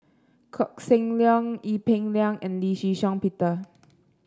Koh Seng Leong Ee Peng Liang and Lee Shih Shiong Peter